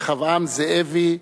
רחבעם זאבי,